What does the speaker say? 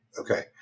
okay